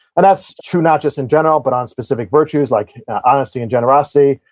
and that's true not just in general, but on specific virtues like honesty and generosity.